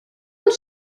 und